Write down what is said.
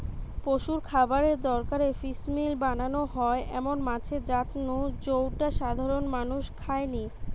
পশুর খাবারের দরকারে ফিসমিল বানানা হয় এমন মাছের জাত নু জউটা সাধারণত মানুষ খায়নি